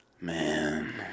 Man